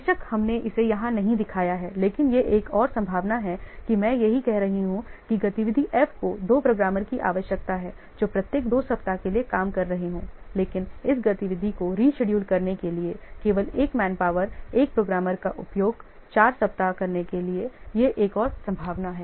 बेशक हमने इसे यहां नहीं दिखाया है लेकिन यह एक और संभावना है कि मैं यही कह रहा हूं कि गतिविधि F को 2 प्रोग्रामर की आवश्यकता है जो प्रत्येक 2 सप्ताह के लिए काम कर रहे हों लेकिन इस गतिविधि को रीशेड्यूल करने के लिए केवल 1 मैनपावर 1 प्रोग्रामर का उपयोग 4 सप्ताह करने के लिए यह एक और संभावना है